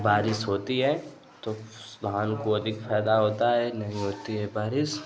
बारिश होती है तो किसानों को अधिक फायदा होता है नहीं होती है बारिश